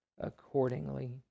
accordingly